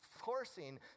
forcing